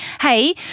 Hey